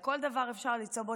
בכל דבר אפשר למצוא איזונים.